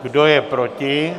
Kdo je proti?